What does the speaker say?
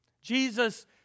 Jesus